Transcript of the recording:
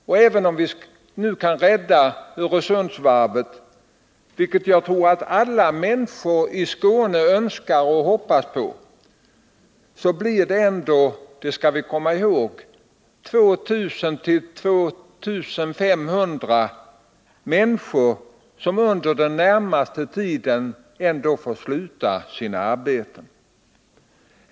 Och även om nu Öresundsvarvet kan räddas -— vilket jag tror att alla människor i Skåne önskar och hoppas — blir det ändå, det skall vi komma ihåg, 2 000-2 500 som under den närmaste tiden får sluta sina arbeten.